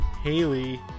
Haley